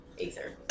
Aether